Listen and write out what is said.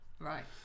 Right